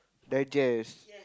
digest